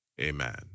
Amen